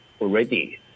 already